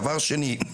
דבר שני,